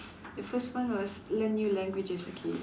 the first one was learn new languages okay